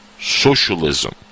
socialism